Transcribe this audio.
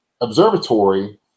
observatory